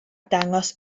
dangos